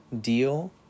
deal